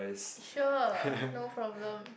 sure no problem